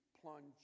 plunge